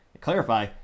clarify